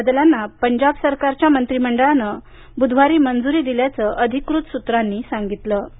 या बदलांना पंजाब सरकारच्या मंत्रीमंडळानं बुधवारी मंजुरी दिल्याचं अधिकृत सूत्रांनी सांगितलं